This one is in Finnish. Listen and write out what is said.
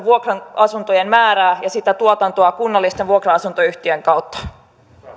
vuokra asuntojen määrää ja sitä tuotantoa kunnallisten vuokra asuntoyhtiöiden kautta